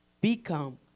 become